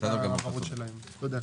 תודה.